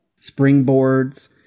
springboards